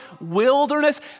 wilderness